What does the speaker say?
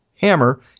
Hammer